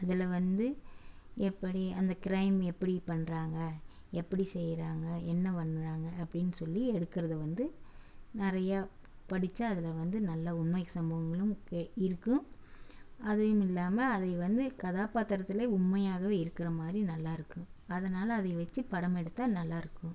இதில் வந்து எப்படி அந்த க்ரைம் எப்படி பண்ணுறாங்க எப்படி செய்கிறாங்க என்ன பண்ணுறாங்க அப்டின்னு சொல்லி எடுக்கிறது வந்து நிறையா படித்தா அதில் வந்து நல்ல உண்மை சம்பவங்களும் இருக்கும் அதையும் இல்லாமல் அதை வந்து கதாபாத்திரத்துலேயே உண்மையாகவே இருக்கிற மாதிரி நல்லாயிருக்கும் அதனால் அதை வெச்சு படம் எடுத்தால் நல்லாயிருக்கும்